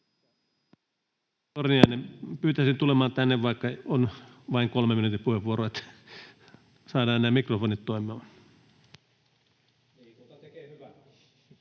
Torniainen, pyytäisin tulemaan tänne, vaikka on vain 3 minuutin puheenvuoro, että saadaan nämä mikrofonit toimimaan. Eduskunnan